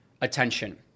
attention